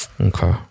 Okay